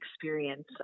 experience